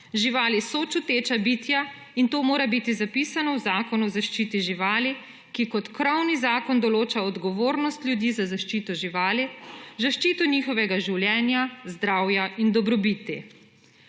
živali so čuteča bitja in to mora biti zapisano v Zakonu o zaščiti živali, ki kot krovni zakon določa odgovornost ljudi za zaščito živali, zaščito njihovega življenja, zdravja in dobrobiti.